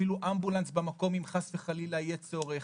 אפילו אמבולנס במקום אם חלילה יהיה צורך,